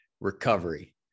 recovery